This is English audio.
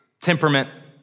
temperament